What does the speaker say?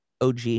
OG